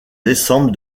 décembre